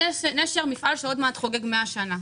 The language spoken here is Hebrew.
נשר הוא מפעל שעוד מעט חוגג 100 שנה.